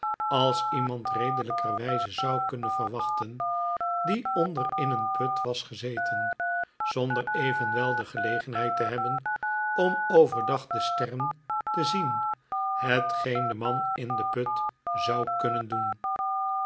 als iemand redelijkerwijze zou kunnen verwachten die onder in een put was gezeten zonder evenwel de gelegenheid te hebben om overdag de sterren te zien hetgeen de man in den put zou kunnen doen